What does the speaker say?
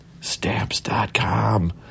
stamps.com